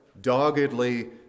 doggedly